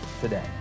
today